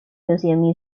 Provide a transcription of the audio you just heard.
museum